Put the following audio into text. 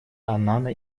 аннана